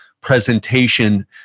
presentation